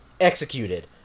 Executed